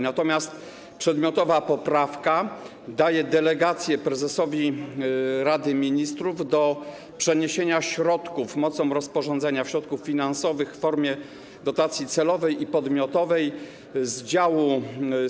Natomiast przedmiotowa poprawka daje delegację prezesowi Rady Ministrów do przeniesienia środków mocą rozporządzenia, środków finansowych w formie dotacji celowej i podmiotowej z działu budżetu państwa: